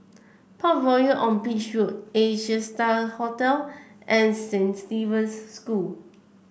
Parkroyal on Beach Road Asia Star Hotel and Saint Stephen's School